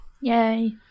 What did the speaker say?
Yay